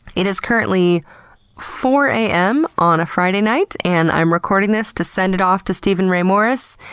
it is currently four a m. on a friday night, and i'm recording this to send it off to steven ray morris.